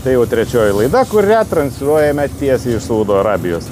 tai jau trečioji laida kurią transliuojame tiesiai iš saudo arabijos